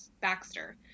Baxter